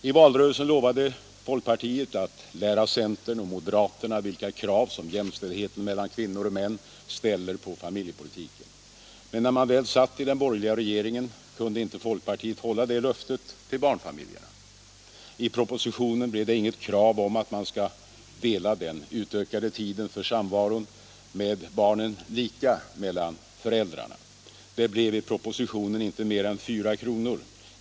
I valrörelsen lovade folkpartiet att lära centern och moderaterna vilka krav som jämställdheten mellan kvinnor och män ställer på familjepolitiken. Men när man väl satt i den borgerliga regeringen kunde inte folkpartiet hålla det löftet till barnfamiljerna. I propositionen blev det inget krav om att man skall dela den utökade tiden för samvaron med barnen lika mellan föräldrarna. Och det blev i propositionen inte mer än 4 kr.